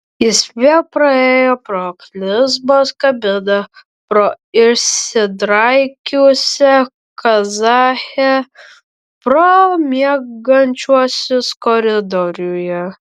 jis vėl praėjo pro klizmos kabiną pro išsidraikiusią kazachę pro miegančiuosius koridoriuje